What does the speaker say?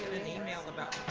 an email about